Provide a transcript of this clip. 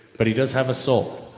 but he does have a soul.